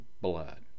blood